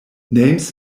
names